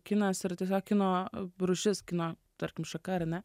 kinas yra tiesiog kino rūšis kino tarkim šaka ar ne